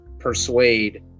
persuade